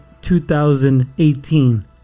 2018